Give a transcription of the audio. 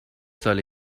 ساله